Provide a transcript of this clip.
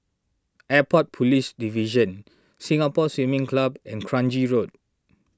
Airport Police Division Singapore Swimming Club and Kranji Road